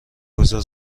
گذار